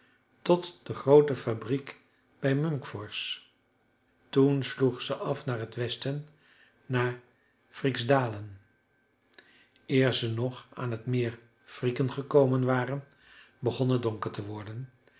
tot de groote fabriek bij munkfors toen sloegen ze af naar t westen naar fryksdalen eer ze nog aan het meer fryken gekomen waren begon het donker te worden